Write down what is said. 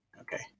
Okay